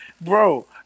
Bro